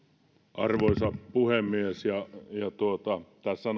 arvoisa puhemies tässä